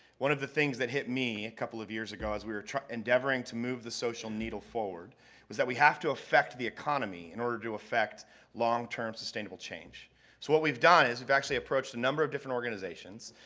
one of the things that hit me a couple of years ago as we were endeavoring to move the social needle forward was that we have to affect the economy in order to effect long-term sustainable change. so what we've done is we've actually approached a number of different organizations,